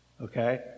okay